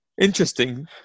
interesting